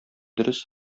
дөрес